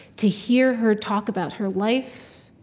to hear her talk about her life,